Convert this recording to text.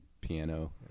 piano